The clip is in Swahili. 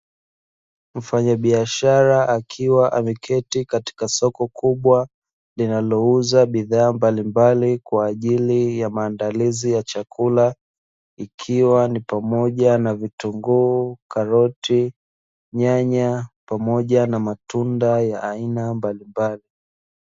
Mfanyabiashara akiwa ameketi katika soko kubwa, linalouza bidhaa mbalimbali kwa ajili ya maandalizi ya chakula, ikiwa ni pamoja na vitunguu, karoti, nyanya pamoja na matunda ya aina mbalimbali.